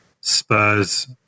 Spurs